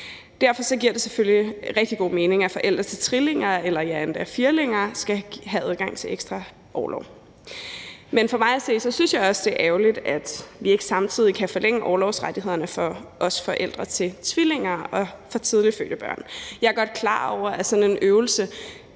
Derfor giver det selvfølgelig rigtig god mening, at forældre til trillinger eller endda firlinger skal have adgang til ekstra orlov. Men jeg synes også, det er ærgerligt, at vi ikke samtidig også kan forlænge orlovsrettighederne for forældre til tvillinger og for tidligt fødte børn. Jeg er godt klar over, at sådan en øvelse